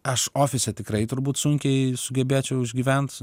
aš ofise tikrai turbūt sunkiai sugebėčiau išgyvent